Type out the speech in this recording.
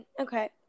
Okay